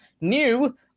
new